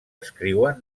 escriuen